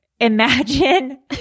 imagine